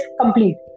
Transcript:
complete